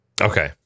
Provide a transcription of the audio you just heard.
okay